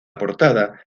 portada